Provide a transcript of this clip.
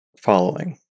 following